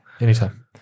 Anytime